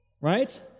Right